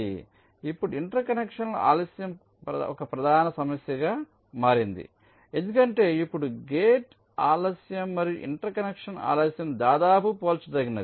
కాబట్టి ఇప్పుడు interconnection ఆలస్యం ఒక ప్రధాన సమస్యగా మారింది ఎందుకంటే ఇప్పుడు గేట్ ఆలస్యం మరియు ఇంటర్ కనెక్షన్ ఆలస్యం దాదాపు పోల్చదగినవి